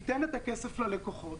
תיתן את הכסף ללקוחות